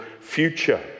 future